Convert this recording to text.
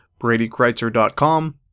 bradykreitzer.com